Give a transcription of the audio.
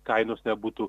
kainos nebūtų